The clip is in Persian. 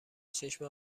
چشم